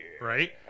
right